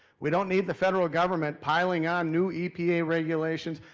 we don't need the federal government piling on new epa regulations,